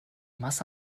masse